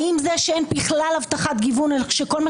האם זה שאין בכלל הבטחת גיוון וכל מה